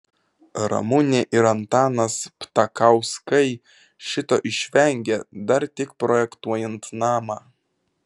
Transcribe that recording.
ramunė ir antanas ptakauskai šito išvengė dar tik projektuojant namą